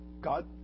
God